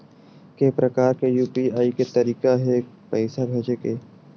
के प्रकार के यू.पी.आई के तरीका हे पईसा भेजे के?